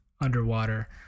underwater